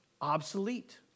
obsolete